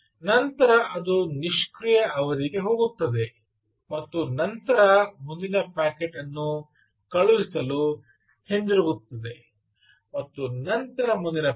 ನಂತರ ಅದು ನಿಷ್ಕ್ರಿಯ ಅವಧಿಗೆ ಹೋಗುತ್ತದೆ ಮತ್ತು ನಂತರ ಮುಂದಿನ ಪ್ಯಾಕೆಟ್ ಅನ್ನು ಕಳುಹಿಸಲು ಹಿಂತಿರುಗುತ್ತದೆ ಮತ್ತು ನಂತರ ಮುಂದಿನ ಪ್ಯಾಕೆಟ್